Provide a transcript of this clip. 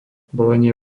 bolenie